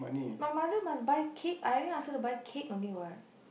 my mother must buy cake I already ask her to buy cake only what